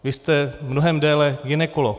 Vy jste mnohem déle gynekolog.